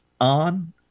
on